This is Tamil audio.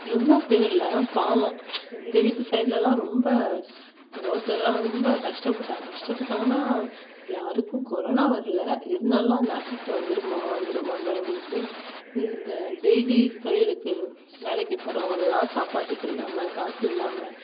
எவ்வளோ பேரில்ல ஆனால் பாவம் எங்கள் வீட்டு சைட்லலாம் ரொம்ப எங்கள் ஊர் சைடெலாம் ரொம்ப கஷ்டப்பட்டாங்க கஷ்டப்பட்டாங்கன்னா யாருக்கும் கொரோனா வரலை இருந்தாலும் அந்த அஃபெக்ட் வந்துடுமா வந்துடுமான்னு பயந்துக்கிட்டு இந்த டெய்லி தொழிலுக்கு வேலைக்கு போகிறவுங்கள்லாம் சாப்பாட்டுக்கு இல்லாமல் காசு இல்லாமல்